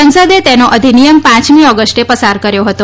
સંસદે તેનો અધિનિયમ પાંચમી ઓગષ્ટે પસાર કર્યો હતો